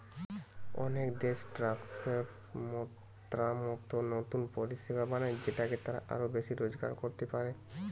অনেক দেশ ট্যাক্সের মাত্রা মতো নতুন পরিষেবা বানায় যেটাতে তারা আরো বেশি রোজগার করতে পারে